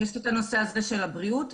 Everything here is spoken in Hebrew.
יש את הנושא הזה של הבריאות,